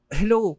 hello